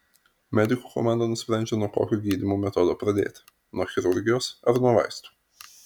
medikų komanda nusprendžia nuo kokio gydymo metodo pradėti nuo chirurgijos ar nuo vaistų